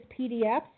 PDFs